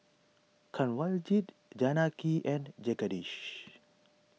Kanwaljit Janaki and Jagadish